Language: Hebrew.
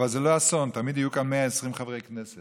אבל זה לא אסון, תמיד יהיו כאן 120 חברי כנסת.